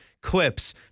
clips